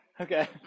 okay